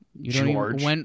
George